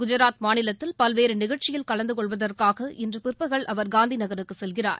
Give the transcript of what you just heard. குஜராத் மாநிலத்தில் பல்வேறு நிகழ்ச்சியில் கலந்து கொள்வதற்காக இன்று பிற்பகல் அவர் காந்தி நகருக்கு செல்கிறார்